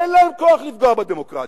אין להם כוח לפגוע בדמוקרטיה.